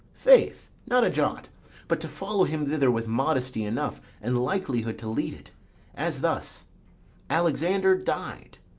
faith, not a jot but to follow him thither with modesty enough, and likelihood to lead it as thus alexander died,